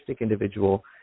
individual